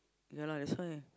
ya lah that's why